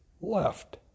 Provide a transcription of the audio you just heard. left